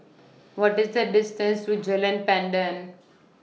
What IS The distance to Jalan Pandan